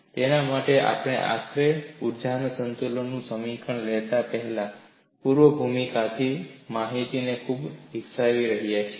તેના માટે આપણે આખરે ઊર્જા સંતુલનનું સમીકરણ લેતા પહેલા પૂર્વભૂમિકા ની માહિતી ખૂબ વિકસાવી રહ્યા છીએ